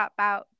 Dropout